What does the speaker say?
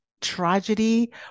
tragedy